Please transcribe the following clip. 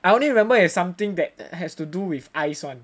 I only remember is something that has to do with ice [one]